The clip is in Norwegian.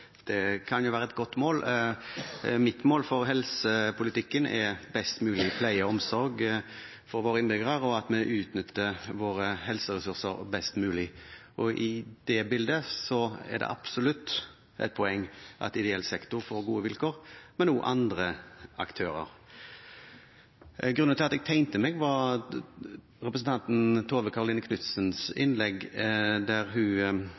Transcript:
sektor kan jo være et godt mål. Mitt mål for helsepolitikken er best mulig pleie og omsorg for våre innbyggere og at vi utnytter våre helseressurser best mulig. I det bildet er det absolutt et poeng at ideell sektor får gode vilkår, men også andre aktører. Grunnen til at jeg tegnet meg, var representanten Tove Karoline Knutsens innlegg, der hun